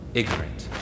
ignorant